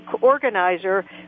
organizer